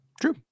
True